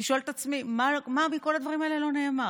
אני שואלת את עצמי: מה מכל הדברים האלה לא נאמר?